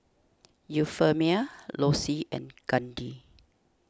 Euphemia Lossie and Candi